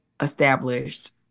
established